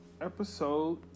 Episode